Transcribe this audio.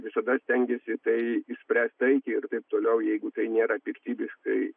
visada stengiasi tai išspręsti taikiai ir taip toliau jeigu tai nėra piktybiškai